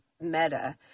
meta